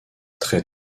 très